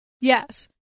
yes